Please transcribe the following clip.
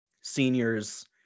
seniors